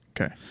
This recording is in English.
Okay